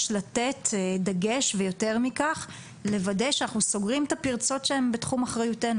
לתת דגש ויותר מכך לוודא שאנחנו סוגרים את הפרצות שהן בתחום אחריותנו.